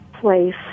place